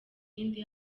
iyindi